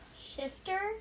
Shifter